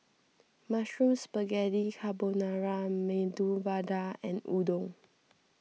Mushroom Spaghetti Carbonara Medu Vada and Udon